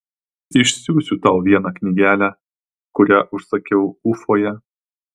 išsiųsiu tau vieną knygelę kurią užsakiau ufoje